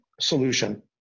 solution